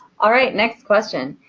all right, next question.